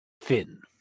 Finn